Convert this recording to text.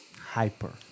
hyper